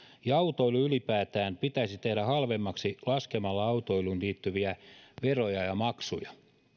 ja autoilu ylipäätään pitäisi tehdä halvemmaksi laskemalla autoiluun liittyviä veroja ja maksuja